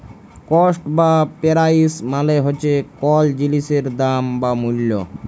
cost বা price মালে হছে কল জিলিসের দাম বা মূল্য